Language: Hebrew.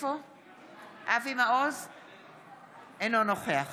אינו נוכח